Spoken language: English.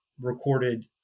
recorded